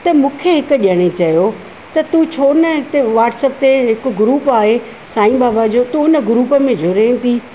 त मूंखे हिकु ॼणे चयो त तू छो न हिते व्हाट्सअप ते हिकु ग्रुप आहे सांई बाबा जो तू हुन ग्रुप में जुड़ेनि थी